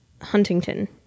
Huntington